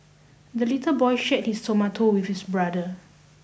the little boy shared his tomato with his brother